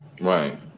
Right